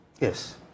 Yes